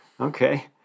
Okay